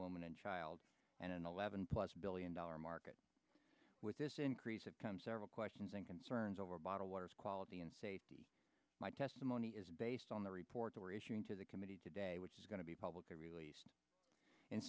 woman and child and an eleven plus billion dollar market with this increase have come several questions and concerns over bottled water quality and safety my testimony is based on the report or issuing to the committee today which is going to be publicly released in